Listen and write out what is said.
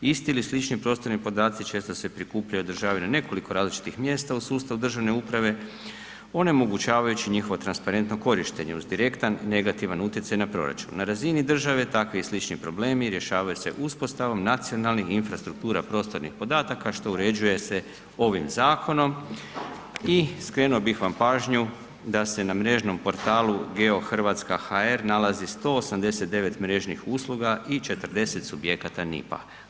Isti ili slični prostorni podaci često se prikupljaju i održavaju na nekoliko različitih mjesta u sustavu državne uprave, onemogućavajući njihovo transparentno korištenje uz direktan negativan utjecaj na proračun na razini države tako i slični problemi rješavaju se uspostavom nacionalnih infrastruktura prostornih podataka što uređuje se ovim zakonom i skrenuo bih vam pažnju da se na mrežnom portalu geohrvatska.hr nalazi 189 mrežnih usluga i 40 subjekata NIP-a.